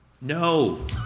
No